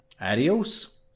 Adios